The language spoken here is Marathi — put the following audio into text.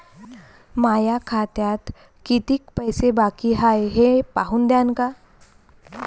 माया खात्यात कितीक पैसे बाकी हाय हे पाहून द्यान का?